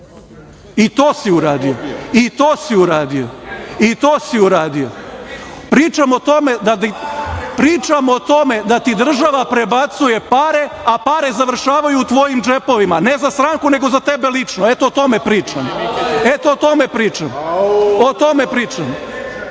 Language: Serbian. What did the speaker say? ko pas.)Pričam o tome da ti država prebacuje pare, a pare završavaju u tvojim džepovima, ne za stranku, nego za tebe lično. Eto, o tome pričam. Eto o tome pričam. Čovek